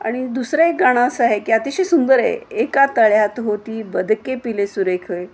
आणि दुसरं एक गणं असं आहे की अतिशय सुंदर आहे एका तळ्यात होती बदके पिले सुरेख